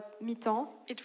mi-temps